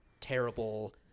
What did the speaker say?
terrible –